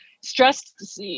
stress